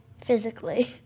Physically